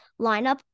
lineup